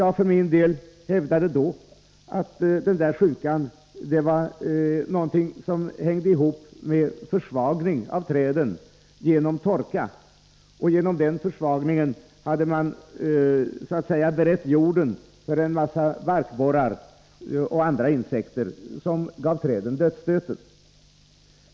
Jag för min del hävdade då att den sjukan hängde ihop med en försvagning av träden genom torka. Genom den försvagningen hade jorden så att säga beretts för en massa barkborrar och andra insekter som gav träden dödsstöten.